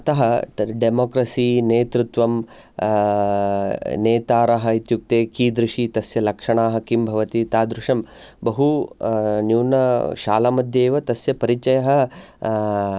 अतः त् डेमोक्रेसी नेतृत्वं नेतारः इत्युक्ते कीदृशी तस्य लक्षणाः किं भवति तादृशं बहु न्यूनशालामध्ये एव तस्य परिचयः